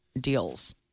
deals